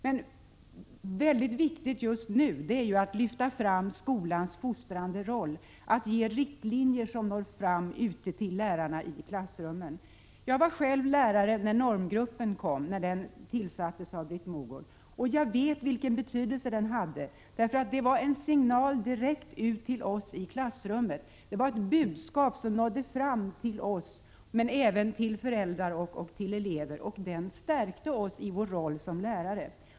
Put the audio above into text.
Vad som är mycket viktigt just nu är att lyfta fram skolans fostrande roll, att ge riktlinjer som når fram till lärarna i klassrummen. Jag var själv lärare när normgruppen tillsattes av Britt Mogård, och jag vet vilken betydelse den hade. Den gav en signal direkt till oss i klassrummen, ett budskap som nådde fram till oss men även till föräldrar och elever, och den stärkte oss i vår roll som lärare.